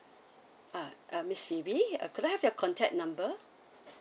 ah uh miss phoebe uh could I have your contact number